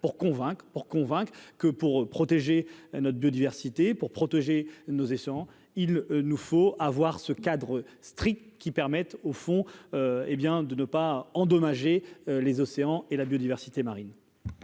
pour convaincre que pour protéger notre biodiversité pour protéger nos et sans, il nous faut avoir ce cadre strict qui permette au fond, hé bien de ne pas endommager les océans et la biodiversité marine.